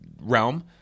realm